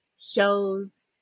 shows